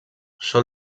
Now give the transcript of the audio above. sol